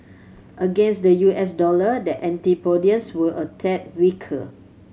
against the U S dollar the antipodeans were a tad weaker